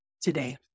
today